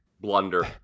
blunder